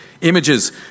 images